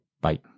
bye